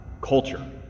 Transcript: culture